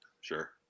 Sure